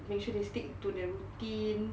make sure they stick to their routine